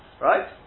Right